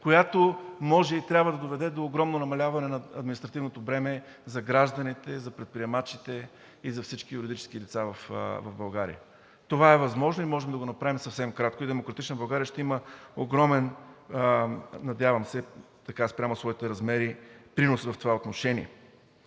която може и трябва да доведе до огромно намаляване на административното бреме за гражданите, за предприемачите и за всички юридически лица в България. Това е възможно и можем да го направим за съвсем кратко, а „Демократична България“ – спрямо своите размери, ще има, надявам се, огромен принос в това отношение.